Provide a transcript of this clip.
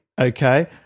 Okay